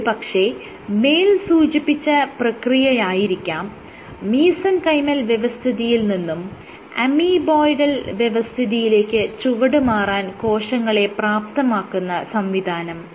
ഒരു പക്ഷെ മേൽ സൂചിപ്പിച്ച പ്രക്രിയയായിരിക്കാം മീസെൻകൈമൽ വ്യവസ്ഥിതിയിൽ നിന്നും അമീബോയ്ഡൽ വ്യവസ്ഥിതിയിലേക്ക് ചുവടുമാറാൻ കോശങ്ങളെ പ്രാപ്തമാക്കുന്ന സംവിധാനം